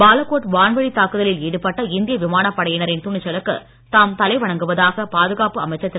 பாலாக்கோட் வான்வழித் தாக்குதலில் ஈடுபட்ட இந்திய விமானப் படையினரின் துணிச்சலுக்கு தாம் தலை வணங்குவதாக பாதுகாப்பு அமைச்சர் திரு